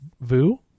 Vu